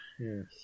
Yes